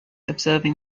observing